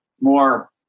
more